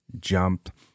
jump